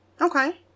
Okay